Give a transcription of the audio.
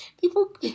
people